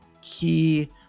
key